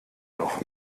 doch